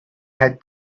had